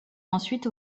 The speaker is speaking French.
ensuite